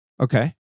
Okay